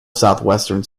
southwestern